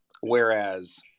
Whereas